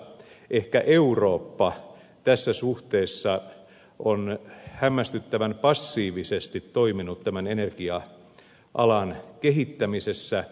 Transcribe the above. ehkä eurooppa tässä suhteessa on hämmästyttävän passiivisesti toiminut energia alan kehittämisessä